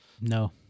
No